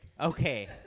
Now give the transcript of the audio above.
Okay